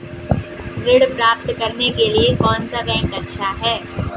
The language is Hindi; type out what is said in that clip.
ऋण प्राप्त करने के लिए कौन सा बैंक अच्छा है?